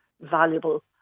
valuable